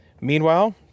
Meanwhile